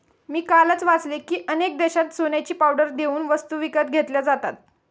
मी कालच वाचले की, अनेक देशांत सोन्याची पावडर देऊन वस्तू विकत घेतल्या जातात